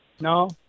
no